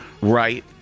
right